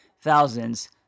thousands